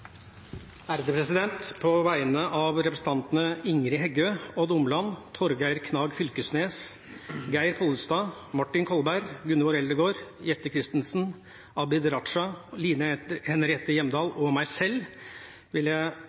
På vegne av representantene Ingrid Heggø, Odd Omland, Torgeir Knag Fylkesnes, Geir Pollestad, Martin Kolberg, Gunvor Eldegard, Jette F. Christensen, Abid Q. Raja, Line Henriette Hjemdal og meg selv vil jeg